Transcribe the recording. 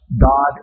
God